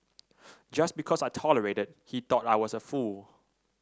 just because I tolerated he thought I was a fool